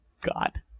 God